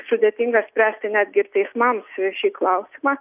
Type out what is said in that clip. sudėtinga spręsti netgi ir teismams šį klausimą